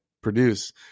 produce